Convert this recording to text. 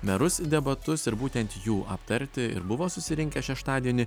merus debatus ir būtent jų aptarti ir buvo susirinkę šeštadienį